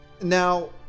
Now